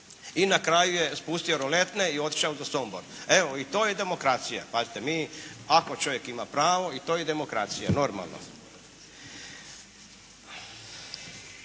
i na kraju je spustio roletne i otišao za Sombor. Evo, i to je demokracija. Pazite, mi ako čovjek ima pravo i to je demokracija, normalno.